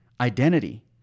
identity